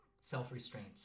self-restraint